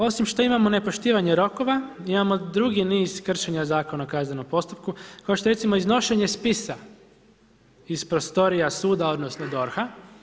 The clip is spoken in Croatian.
Osim što imamo nepoštivanje rokova, imamo drugi niz kršenja zakona o kaznenom postupku, kao što je recimo iznošenje spisa iz prostorije suda, odnosno, DORH-a.